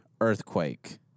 earthquake